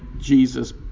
Jesus